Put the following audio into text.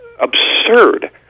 absurd